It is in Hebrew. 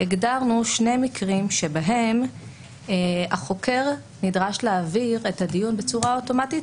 הגדרנו שני מקרים בהם החוקר נדרש להעביר את הדיון בצורה אוטומטית